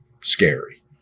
scary